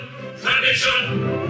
Tradition